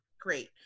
great